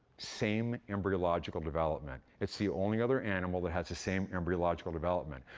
same embryological development. it's the only other animal that has the same embryological development.